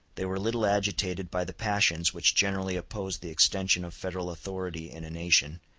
they were little agitated by the passions which generally oppose the extension of federal authority in a nation,